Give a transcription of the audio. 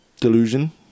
delusion